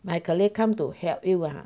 my colleague come to help you ah